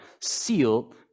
sealed